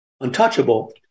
untouchable